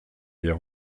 hier